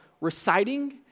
reciting